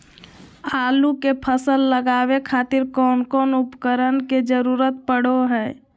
आलू के फसल लगावे खातिर कौन कौन उपकरण के जरूरत पढ़ो हाय?